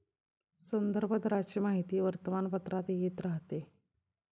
संदर्भ दराची माहिती वर्तमानपत्रात येत राहते